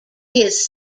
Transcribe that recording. his